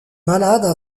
malades